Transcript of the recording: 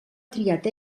triat